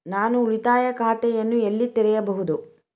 ನಾನು ಉಳಿತಾಯ ಖಾತೆಯನ್ನು ಎಲ್ಲಿ ತೆರೆಯಬಹುದು?